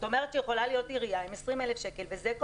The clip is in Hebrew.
זאת אומרת,